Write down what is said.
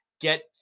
get